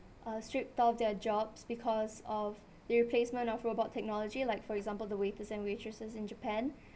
uh stripped of their jobs because of the replacement of robot technology like for example the waiters and waitresses in japan